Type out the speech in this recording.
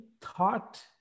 thought